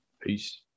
Peace